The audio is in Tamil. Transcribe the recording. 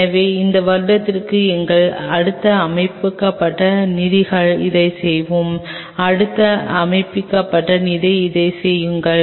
எனவே இந்த வருடத்திற்குள் எங்கள் அடுத்த அமைக்கப்பட்ட நிதிகள் இதைச் செய்வோம் அடுத்த அமைக்கப்பட்ட நிதி இதைச் செய்யுங்கள்